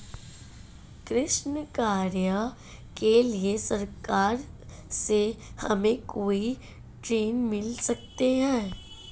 कृषि कार्य के लिए सरकार से हमें कोई ऋण मिल सकता है?